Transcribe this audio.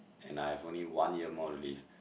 and I've only one year more to live